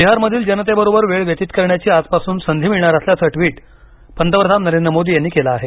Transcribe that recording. बिहारमधील जनतेबरोबर वेळ व्यतीत करण्याची आजपासून संधी मिळणार असल्याचं ट्वीट पंतप्रधान नरेंद्र मोदी यांनी केलं आहे